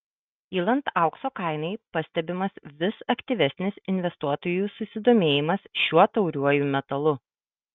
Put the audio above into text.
kylant aukso kainai pastebimas vis aktyvesnis investuotojų susidomėjimas šiuo tauriuoju metalu